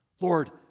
Lord